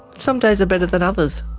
some days are better than others.